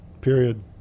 period